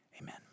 Amen